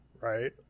right